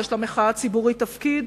יש למחאה הציבורית תפקיד.